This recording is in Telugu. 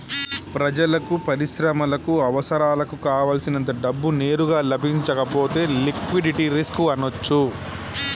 ప్రజలకు, పరిశ్రమలకు అవసరాలకు కావల్సినంత డబ్బు నేరుగా లభించకపోతే లిక్విడిటీ రిస్క్ అనొచ్చు